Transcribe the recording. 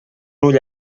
ull